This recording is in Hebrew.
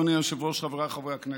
אדוני היושב-ראש, חבריי חברי הכנסת,